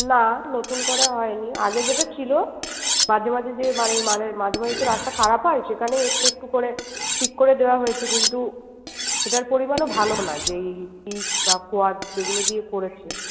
না নতুন করে হয় নি আগে যেটা ছিল মাঝে মাঝে যে মানে মানে মাঝে মাঝে তো রাস্তা খারাপ হয় সেখানে একটু একটু করে ঠিক করে দেওয়া হয়েছে কিন্তু সেটার পরিমাণও ভালো না যে এই পিচ বা খোয়ার যেগুলো দিয়ে করেছে